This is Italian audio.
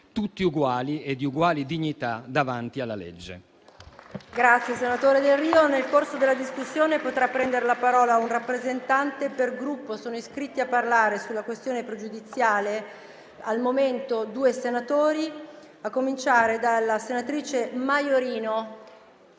tutti uguali e di uguale dignità davanti alla legge.